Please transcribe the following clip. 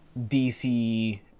dc